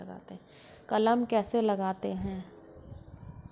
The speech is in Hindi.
कलम कैसे लगाते हैं?